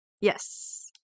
Yes